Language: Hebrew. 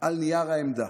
על נייר העמדה.